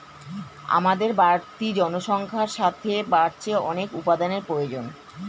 আমাদের বাড়তি জনসংখ্যার সাথে বাড়ছে অনেক উপাদানের প্রয়োজন